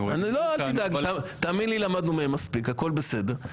אל תדאג, תאמין לי, למדנו מהם מספיק, הכול בסדר.